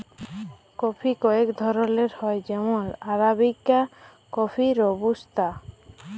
coffee কয়েক ধরলের হ্যয় যেমল আরাবিকা কফি, রবুস্তা